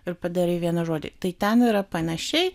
ir padarai vieną žodį tai ten yra panašiai